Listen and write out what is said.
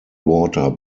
water